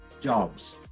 jobs